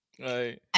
Right